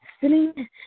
sitting